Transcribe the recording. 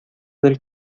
del